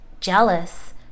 jealous